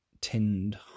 tinned